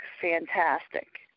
fantastic